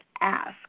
ask